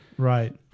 Right